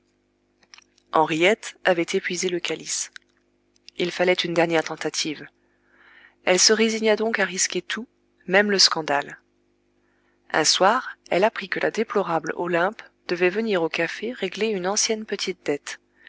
henriette avait épuisé le calice il fallait une dernière tentative elle se résigna donc à risquer tout même le scandale un soir elle apprit que la déplorable olympe devait venir au café régler une ancienne petite dette